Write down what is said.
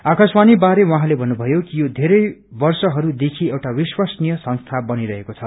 आकाशवाणी बारे उहाँले भन्नुभयो कि यो धेरै वर्षहरूदेखि एउटा विश्वसनीय संस्था बनिरहेको छ